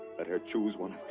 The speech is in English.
let her choose one